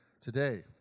today